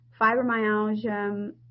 Fibromyalgia